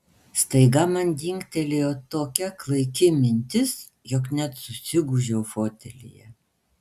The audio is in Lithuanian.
staiga man dingtelėjo tokia klaiki mintis jog net susigūžiau fotelyje